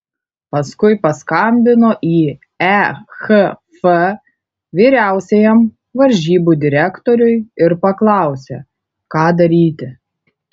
paskui paskambino į ehf vyriausiajam varžybų direktoriui ir paklausė ką daryti